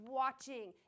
watching